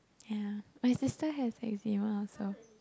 ya my sister has Eczema also